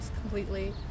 completely